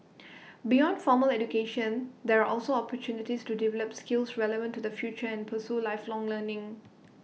beyond formal education there are also opportunities to develop skills relevant to the future and pursue lifelong learning